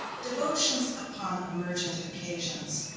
devotions upon emergent occasions,